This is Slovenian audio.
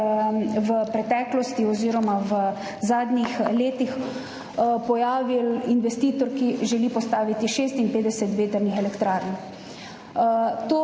v preteklosti oziroma v zadnjih letih pojavil investitor, ki želi postaviti 56 vetrnih elektrarn. To